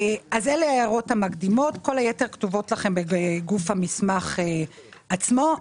אלה ההערות המקדימות וכל היתר כתוב לכם בגוף המסמך עצמו.